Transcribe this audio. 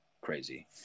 crazy